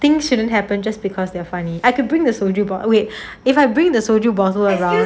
things shouldn't happen just because they're funny I could bring the soldier board weight if I bring the soldier board weight around